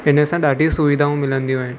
हिनसां ॾाढियूं सुविधाऊं मिलंदियूं आहिनि